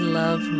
love